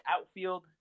outfield